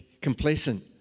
complacent